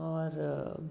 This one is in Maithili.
आओर